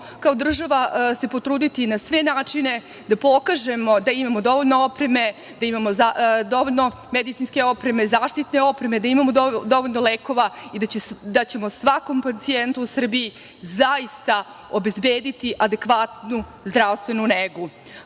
kao država se potruditi na sve načine da pokažemo da imamo dovoljno opreme, da imamo dovoljno medicinske opreme, zaštitne opreme, da imamo dovoljno lekova i da ćemo svakom pacijentu u Srbiji zaista obezbediti adekvatnu zdravstvenu